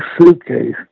suitcase